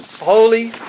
Holy